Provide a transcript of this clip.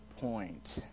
point